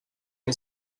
que